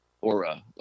aura